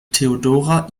theodora